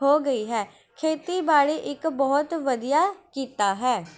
ਹੋ ਗਈ ਹੈ ਖੇਤੀਬਾੜੀ ਇੱਕ ਬਹੁਤ ਵਧੀਆ ਕਿੱਤਾ ਹੈ